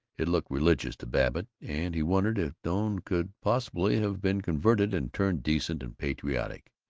it looked religious to babbitt, and he wondered if doane could possibly have been converted and turned decent and patriotic.